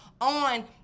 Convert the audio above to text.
on